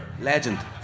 Legend